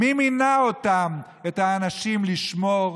מי מינה אותם, את האנשים, לשמור?